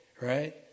right